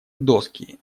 доски